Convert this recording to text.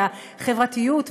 והחברתיות,